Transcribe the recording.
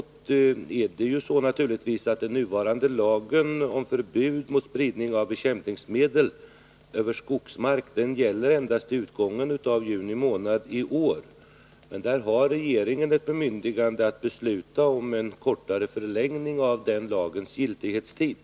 Däremot är det naturligtvis så att den nuvarande lagen om förbud mot spridning av bekämpningsmedel över skogsmark endast gäller t.o.m. utgången av juni månad i år. Men regeringen har bemyndigande att besluta om en kortare förlängning av den lagens giltighetstid.